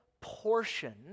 portion